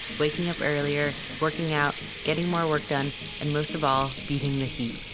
waking up earlier, working out, getting more work done and most of all, beating the heat.